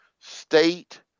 state